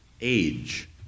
age